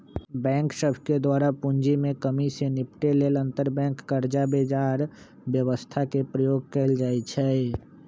bank सभके द्वारा पूंजी में कम्मि से निपटे लेल अंतरबैंक कर्जा बजार व्यवस्था के प्रयोग कएल जाइ छइ